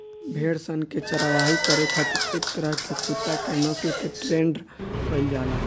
भेड़ सन के चारवाही करे खातिर एक तरह के कुत्ता के नस्ल के ट्रेन्ड कईल जाला